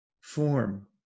form